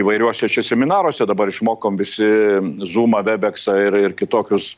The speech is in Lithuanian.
įvairiose čia seminaruose dabar išmokom visi zumą vebeksą ir ir kitokius